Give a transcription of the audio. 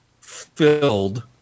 filled